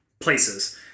places